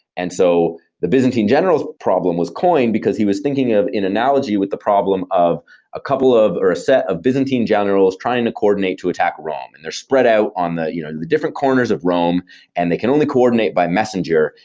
and so the byzantine generals problem was coined, because he was thinking in analogy with the problem of a couple of or a set of byzantine generals trying to coordinate to attack rome, and they're spread out on the you know the different corners of rome and they can only coordinate by messenger,